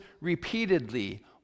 repeatedly